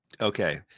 okay